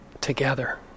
together